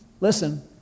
Listen